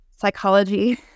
psychology